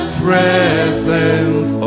presence